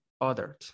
others